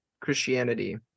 Christianity